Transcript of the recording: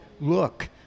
look